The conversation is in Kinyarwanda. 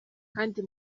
kandi